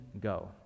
go